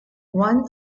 one